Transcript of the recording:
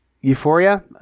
Euphoria